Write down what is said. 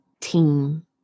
team